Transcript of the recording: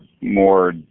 more